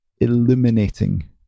illuminating